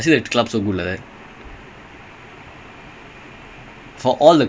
you have to what it's a monthly thing so they have to give a gold of the month but it's only one gold